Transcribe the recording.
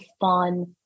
fun